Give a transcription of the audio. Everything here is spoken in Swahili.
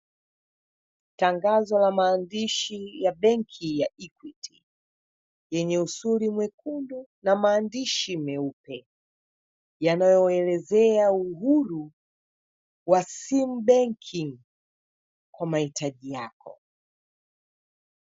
Tangazo la maandishi ya benki ya Equity, lenye uzuri mwekundu na maandishi meupe. Yanayoelezea uhuru wa simu banking kwa mahitaji yako.